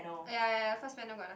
uh ya ya ya first panel got noth~